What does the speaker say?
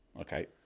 Okay